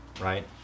right